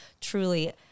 truly